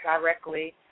directly